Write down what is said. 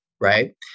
right